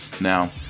Now